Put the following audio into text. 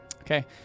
Okay